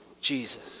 Jesus